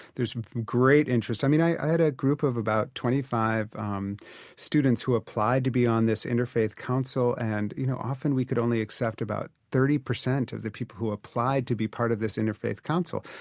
there's great interest. i mean, i had a group of about twenty five um students who applied to be on this interfaith council and, you know, often we could only accept about thirty percent of the people who applied to be part of this interfaith council,